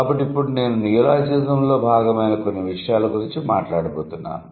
కాబట్టి ఇప్పుడు నేను నియోలాజిజంలో భాగమైన కొన్ని విషయాల గురించి మాట్లాడబోతున్నాను